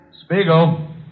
Spiegel